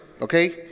Okay